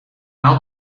had